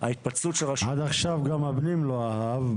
עד עכשיו גם הפנים לא אהב.